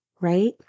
right